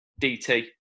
DT